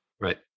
Right